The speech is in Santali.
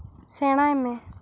ᱥᱮᱬᱟᱭ ᱢᱮ